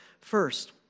first